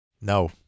No